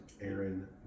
Aaron